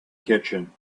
kitchen